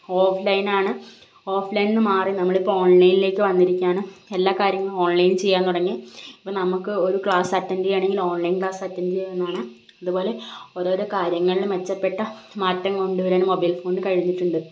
ഓഫ്ലൈനാണ് ഓഫ്ലൈനിൽ നിന്നു മാറി നമ്മളിപ്പം ഓൺലൈനിലേക്കു വന്നിരിക്കുകയാണ് എല്ലാ കാര്യങ്ങളും ഓൺലൈനിൽ ചെയ്യാൻ തുടങ്ങി ഇപ്പം നമുക്ക് ഒരു ക്ലാസ്സ് അറ്റൻ്റ് ചെയ്യുകയാണെങ്കിൽ ഓൺലൈൻ ക്ലാസ്സ് അറ്റൻ്റ് ചെയ്യാവുന്നതാണ് അതുപോലെ ഓരോരോ കാര്യങ്ങളിൽ മെച്ചപ്പെട്ട മാറ്റം കൊണ്ടുവരാനും മൊബൈൽ ഫോണിന് കഴിഞ്ഞിട്ടുണ്ട്